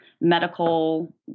medical